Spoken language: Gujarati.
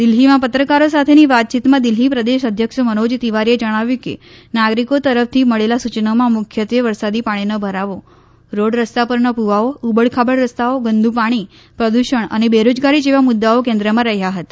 દિલ્ફીમાં પત્રકારો સાથેની વાતચીતમાં દિલ્હી પ્રદેશ અધ્યક્ષ મનોજ તિવારીએ જણાવ્યું કે નાગરિકો તરફથી મળેલા સૂયનોમાં મુખ્યત્વે વરસાદી પાણીનો ભરાવો રોડ રસ્તા પરના ભુવાઓ ઉબડ ખાબડ રસ્તાઓ ગંદુ પાણી પ્રદુષણ અને બેરોજગારી જેવા મુદ્દાઓ કેન્દ્રમાં રહ્યા હતા